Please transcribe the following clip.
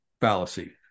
fallacy